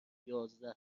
یازده